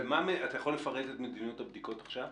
אתה יכול לפרט את מדיניות הבדיקות עכשיו?